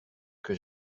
que